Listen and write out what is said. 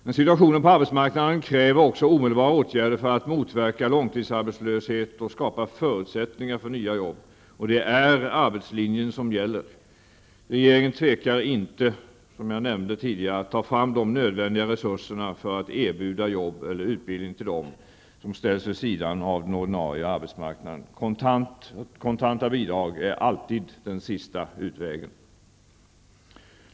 Men situationen på arbetsmarknaden kräver också omedelbara åtgärder för att motverka långtidsarbetslöshet och skapa förutsättningar för nya jobb. Det är arbetslinjen som gäller. Regeringen tvekar inte att ta fram de nödvändiga resurserna för att erbjuda jobb eller utbildning till dem som ställs vid sidan av den ordinarie arbetsmarknaden. Kontanta bidrag är alltid den sista utvägen.